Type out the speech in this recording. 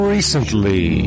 Recently